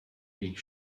jejich